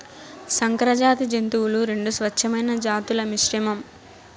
సంకరజాతి జంతువులు రెండు స్వచ్ఛమైన జాతుల మిశ్రమం